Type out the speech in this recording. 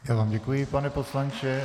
Já vám děkuji, pane poslanče.